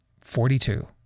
Forty-two